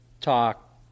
talk